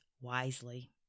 wisely